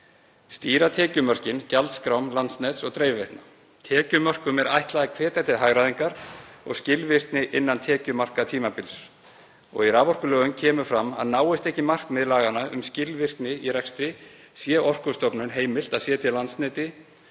Stýra tekjumörkin gjaldskrám Landsnets og dreifiveitna. Tekjumörkum er ætlað að hvetja til hagræðingar og skilvirkni innan tekjumarkatímabils og í raforkulögum kemur fram að náist ekki markmið laganna um skilvirkni í rekstri sé Orkustofnun heimilt að setja Landsneti